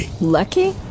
Lucky